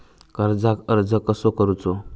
कर्जाक अर्ज कसो करूचो?